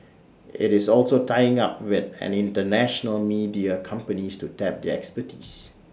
IT is also tying up with International media companies to tap their expertise